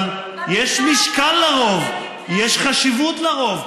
אבל יש משקל לרוב, יש חשיבות לרוב.